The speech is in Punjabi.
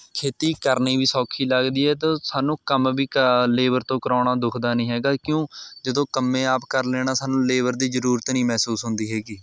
ਖੇਤੀ ਕਰਨੀ ਵੀ ਸੌਖੀ ਲੱਗਦੀ ਹੈ ਤਾਂ ਸਾਨੂੰ ਕੰਮ ਵੀ ਲੇਬਰ ਤੋਂ ਕਰਾਉਣਾ ਦੁੱਖਦਾ ਨੀ ਹੈਗਾ ਕਿਉਂ ਜਦੋਂ ਕੰਮ ਹੈ ਆਪ ਕਰ ਲੈਣਾ ਸਾਨੂੰ ਲੇਬਰ ਦੀ ਜ਼ਰੂਰਤ ਨੀ ਮਹਿਸੂਸ ਹੁੰਦੀ ਹੈਗੀ